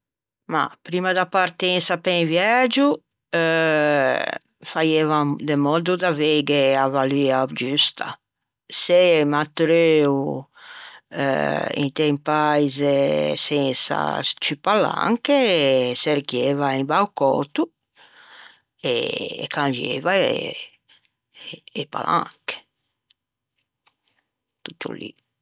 Mah primma da partensa pe un viægio faieiva in mòddo d'aveighe a valua giusta. Se m'attreuo inte un paise sensa ciù palanche çerchieiva un bancouto e cangieiva e palanche, tutto lì.